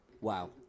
Wow